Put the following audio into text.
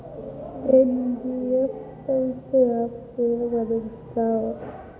NBF ಸಂಸ್ಥಾ ಯಾವ ಸೇವಾ ಒದಗಿಸ್ತಾವ?